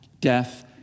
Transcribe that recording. death